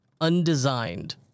undesigned